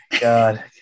God